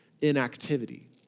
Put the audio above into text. inactivity